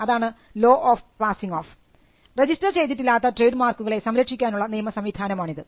അതാണ് law of passing off register ചെയ്തിട്ടില്ലാത്ത trade മാർക്കുകളെ സംരക്ഷിക്കാനുള്ള നിയമ സംവിധാനമാണിത്